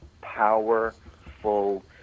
powerful